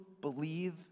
believe